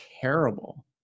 terrible